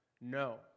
No